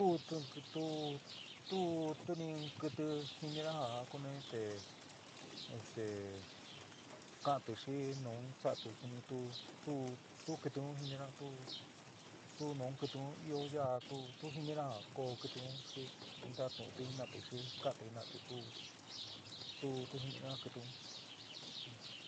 tu tuúni in kɨtɨ jinina ja kuni este este ka'anti xi nu sa'ati suni tu. tu kɨtɨ un jinina tu. tu nu kɨtɨ ió ya'a tu tu jininá ja ko kɨtɨ un xi natu'unti jina'ati xi ka'anti jina'ati tu tu jinina kɨtɨ un.